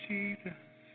Jesus